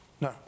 No